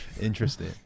interesting